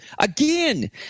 again